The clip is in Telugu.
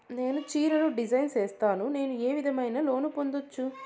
నేను చీరలు డిజైన్ సేస్తాను, నేను ఏ విధమైన లోను పొందొచ్చు